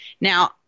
Now